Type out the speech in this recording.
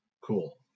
cool